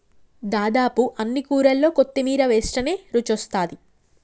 దాదాపు అన్ని కూరల్లో కొత్తిమీర వేస్టనే రుచొస్తాది